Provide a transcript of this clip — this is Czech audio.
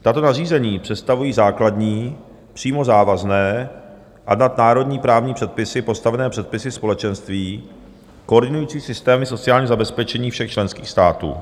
Tato nařízení představují základní, přímo závazné a nad národní právní předpisy postavené předpisy Společenství koordinující systémy sociálního zabezpečení všech členských států.